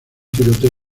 tiroteo